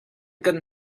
kan